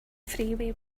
freeway